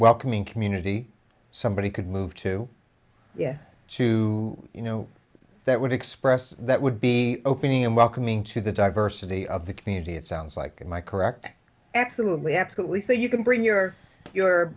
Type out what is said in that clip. welcoming community somebody could move to yes to you know that would express that would be opening and welcoming to the diversity of the community it sounds like and my correct absolutely absolutely so you can bring your your